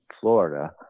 Florida